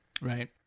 Right